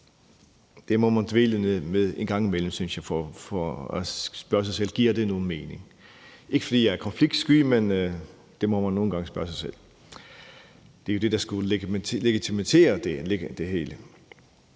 Det må man dvæle ved en gang imellem, synes jeg, for at spørge sig selv om, om det nu giver mening. Det er ikke, fordi jeg er konfliktsky, men det må man nogle gange spørge sig selv om. Det er jo det, der skal legitimere det hele.